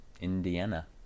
Indiana